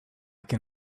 can